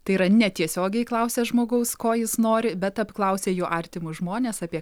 tai yra ne tiesiogiai klausia žmogaus ko jis nori bet apklausia jo artimus žmones apie